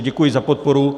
Děkuji za podporu.